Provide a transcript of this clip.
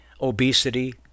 obesity